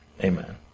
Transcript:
Amen